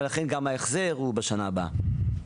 ולכן גם ההחזר הוא בשנה הבאה,